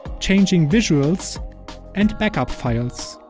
changing visuals and backup files.